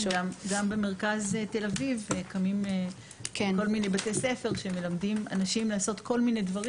בעיסוק, קלינאיות תקשורת.